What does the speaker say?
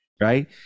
Right